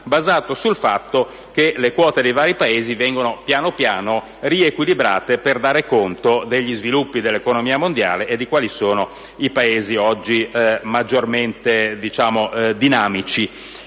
basato sul fatto che le quote dei vari Paesi vengono gradatamente riequilibrate per dare conto degli sviluppi dell'economia mondiale e di quali sono i Paesi oggi maggiormente dinamici.